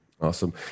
Awesome